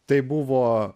tai buvo